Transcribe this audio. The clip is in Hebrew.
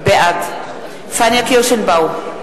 בעד פניה קירשנבאום,